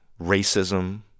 racism